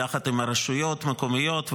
יחד עם הרשויות המקומיות,